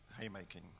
haymaking